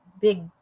big